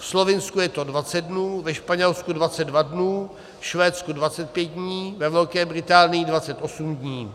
Ve Slovinsku je to 20 dnů, ve Španělsku 22 dnů, ve Švédsku 25 dní, ve Velké Británii 28 dní.